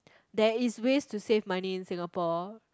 there is ways to save money in Singapore